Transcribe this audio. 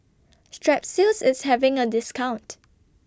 Strepsils IS having A discount